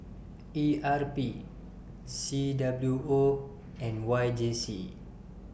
E R P C W O and Y J C